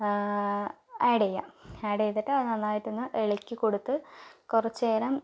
add ചെയ്യുക add ചെയ്തിട്ട് അത് നന്നായിട്ടൊന്ന് ഇളക്കിക്കൊടുത്ത് കുറച്ച് നേരം